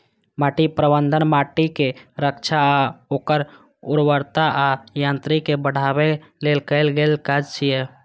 माटि प्रबंधन माटिक रक्षा आ ओकर उर्वरता आ यांत्रिकी कें बढ़ाबै लेल कैल गेल काज छियै